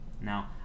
Now